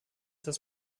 das